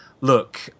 look